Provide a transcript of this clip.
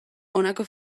honako